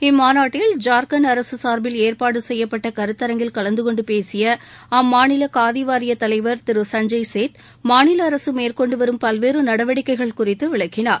இம்மாநாட்டில் ஜார்கண்ட் மாநில அரக சார்பில் ஏற்பாடு செய்யப்பட்ட கருத்தரங்கில் கலந்து கொண்டு பேசிய அம்மாநில காதி வாரிய தலைவர் திரு சஞ்சுய் சேத் மாநில அரசு மேற்கொண்டு வரும் பல்வேறு நடவடிக்கைகள் குறித்து விளக்கினார்